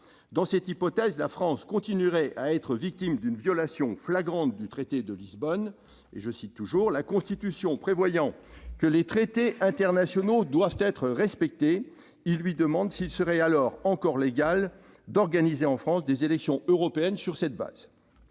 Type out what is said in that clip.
Dans cette hypothèse, la France continuerait à être victime d'une violation flagrante du traité de Lisbonne. La Constitution prévoyant que les traités internationaux doivent être respectés, » je lui demandais « s'il serait alors encore légal d'organiser en France des élections européennes sur cette base.